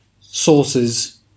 sources